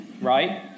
right